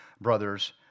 brothers